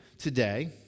today